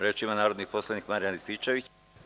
Reč ima narodni poslanik Marijan Rističević.